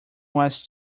was